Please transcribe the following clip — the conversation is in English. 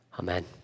Amen